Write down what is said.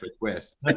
request